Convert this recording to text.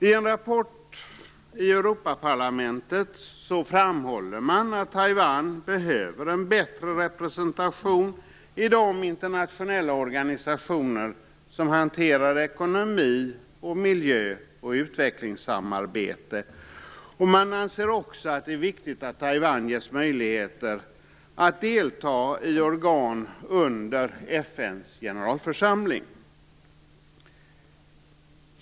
I en rapport från Europaparlamentet framhåller man att Taiwan behöver en bättre representation i de internationella organisationer som hanterar ekonomi, miljö och utvecklingssamarbete. Man anser det också viktigt att Taiwan ges möjligheter att delta i organ under FN:s generalförsamling.